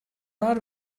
our